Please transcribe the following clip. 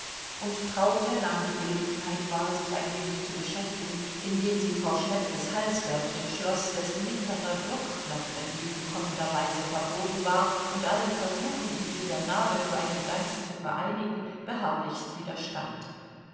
und traute nahm die gelegenheit wahr sich ein wenig zu beschäftigen indem sie frau schnepfes halsbördchen schloß dessen mittlerer druckknopf entgegenkommenderweise verbogen war und allen versuchen ihn mit der nabe zu einem ganzen zu vereinigen beharrlichst widerstand